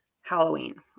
Halloween